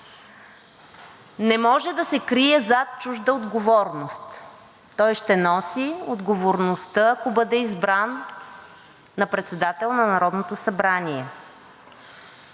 не може да се крие зад чужда отговорност. Той ще носи отговорността, ако бъде избран за председател на Народното събрание.